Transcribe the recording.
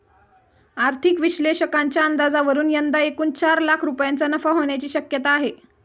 आर्थिक विश्लेषकांच्या अंदाजावरून यंदा एकूण चार लाख रुपयांचा नफा होण्याची शक्यता आहे